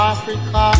Africa